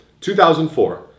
2004